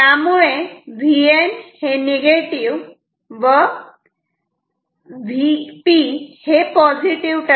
त्यामुळे Vn हे negative व Vp हे पॉझिटिव्ह आहे